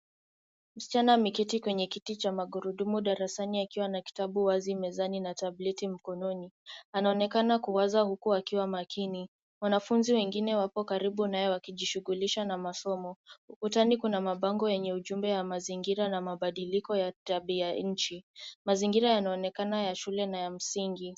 Msichana ameketi kwenye kiti cha magurudumu darasani akiwa na kitabau wazi mezani na tableti mkononi. Anaonekana kuwaza huku akiwa makini. Wanafunzi wengine wapo karibu na yeye wakijishughulisha na masomo. Ukutani kuna mabango yenye ujumbe wa mazingira na mabadiliko ya tabia nchi. Mazingira yanaonekana ya shule na ya msingi.